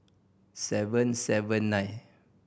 seven seven nine